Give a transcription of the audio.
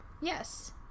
Yes